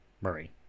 Murray